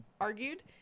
argued